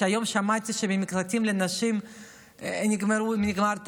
היום שמעתי שלמקלטים לנשים נגמר התקציב,